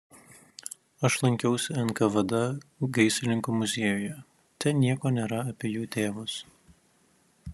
aš lankiausi nkvd gaisrininkų muziejuje ten nieko nėra apie jų tėvus